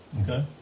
Okay